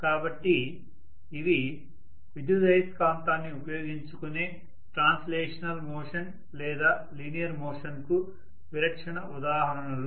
కాబట్టి ఇవి విద్యుదయస్కాంతాన్ని ఉపయోగించుకొనే ట్రాన్స్లేషనల్ మోషన్ లేదా లీనియర్ మోషన్ కు విలక్షణ ఉదాహరణలు